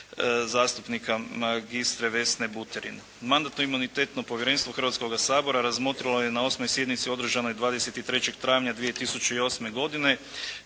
zastupnika magistre Vesne Buterin. Mandatno-imunitetno povjerenstvo Hrvatskoga sabora razmotrilo je na 8. sjednici održanoj 23. travnja 2008. godine